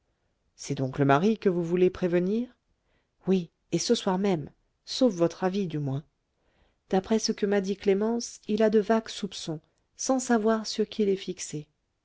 c'est donc le mari que vous voulez prévenir oui et ce soir même sauf votre avis du moins d'après ce que m'a dit clémence il a de vagues soupçons sans savoir sur qui les fixer